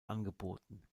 angeboten